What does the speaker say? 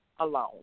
Alone